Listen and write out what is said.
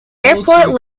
airport